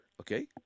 okay